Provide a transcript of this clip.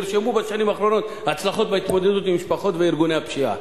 נרשמו בשנים האחרונות הצלחות בהתמודדות עם המשפחות וארגוני הפשיעה.